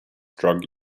drug